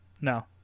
no